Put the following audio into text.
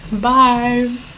bye